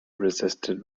resisted